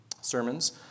sermons